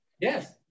Yes